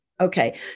Okay